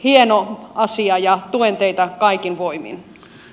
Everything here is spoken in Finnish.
hieno asia ja tuen teitä kaikin voimin